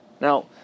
Now